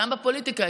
גם בפוליטיקה,